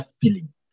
feeling